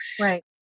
Right